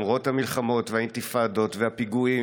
למרות המלחמות והאינתיפאדות והפיגועים